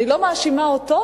אני לא מאשימה אותו,